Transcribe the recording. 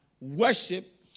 worship